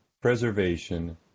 preservation